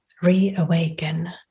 reawaken